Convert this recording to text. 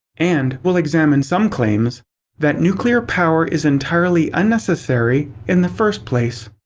and we'll examine some claims that nuclear power is entirely unnecessary in the first place.